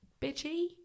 bitchy